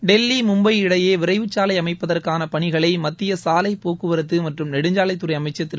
டெல்லி மும்பை இடையே விரைவுச்சாலை அமைப்பதற்கான பணிகளை மத்திய சாலை போக்குவரத்து மற்றும் நெடுஞ்சாலைத்துறை அமைச்சா் திரு